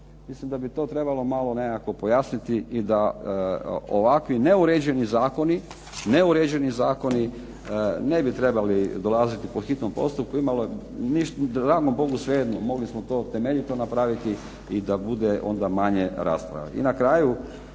Mislim da bi to trebalo malo nekako pojasniti i da ovakvi neuređeni zakoni ne bi trebali dolaziti po hitnom postupku. Dragom bogu svejedno, mogli smo to temeljito napraviti i da bude onda manje rasprave.